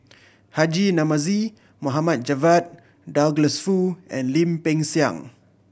Haji Namazie Mohd Javad Douglas Foo and Lim Peng Siang